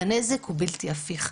והנזק הוא בלתי הפיך.